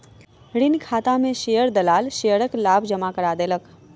ऋण खाता में शेयर दलाल शेयरक लाभ जमा करा देलक